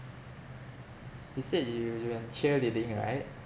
you said you you in cheerleading right